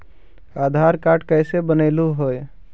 आधार card कईसे बनैलहु हे?